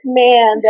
man